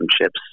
chips